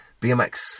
bmx